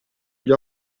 gli